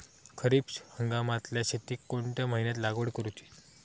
खरीप हंगामातल्या शेतीक कोणत्या महिन्यात लागवड करूची?